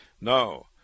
No